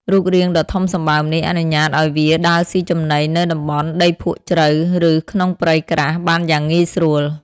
រូបរាងដ៏ធំសម្បើមនេះ អនុញ្ញាតឲ្យវាដើរស៊ីចំណីនៅតំបន់ដីភក់ជ្រៅ ឬក្នុងព្រៃក្រាស់បានយ៉ាងងាយស្រួល។